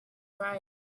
right